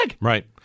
Right